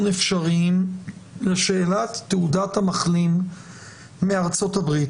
אפשריים לשאלת תעודת המחלים מארצות-הברית.